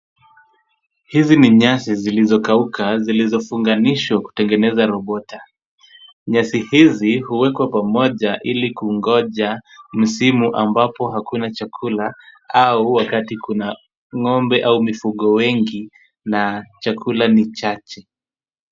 Hizi ni nyasi zilizokauka zilizofunganishwa kutengeneza robota. Nyasi hizi huwekwa pamoja ili kungoja msimu ambapo hakuna chakula au wakati kuna ng'ombe au mifugo wengi na chakula ni chache.